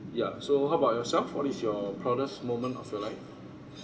ya so how about yourself what is your proudest moment of your life